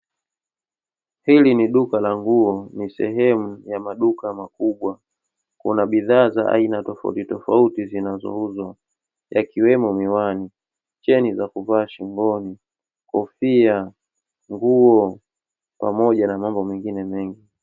Hili ni duka la nguo ni sehemu ya maduka makubwa, kuna bidhaa za aina tofautitofauti zinazo uzwa yakiwemo miwani, cheni za kuvaa shingoni, kofia, nguo pamoja na mambo mengine mengi.